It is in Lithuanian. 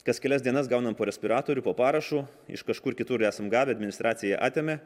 kas kelias dienas gaunam po respiratorių po parašu iš kažkur kitur esam gavę administracija atėmė